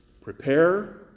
prepare